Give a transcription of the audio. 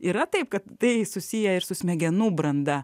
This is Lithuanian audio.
yra taip kad tai susiję ir su smegenų branda